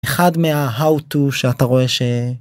אחד מה how to שאתה רואה ש...